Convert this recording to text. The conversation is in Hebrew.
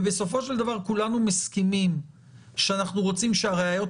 ובסופו של דבר כולנו מסכימים שאנחנו רוצים שהראיות